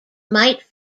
might